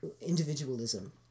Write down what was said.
individualism